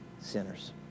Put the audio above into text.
sinners